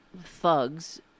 thugs